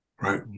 right